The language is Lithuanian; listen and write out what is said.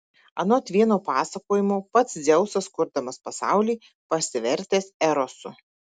anot vieno pasakojimo pats dzeusas kurdamas pasaulį pasivertęs erosu